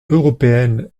européenne